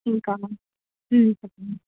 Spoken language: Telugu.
ఇంకా చెప్పండి